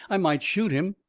i might shoot him,